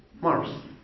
Mars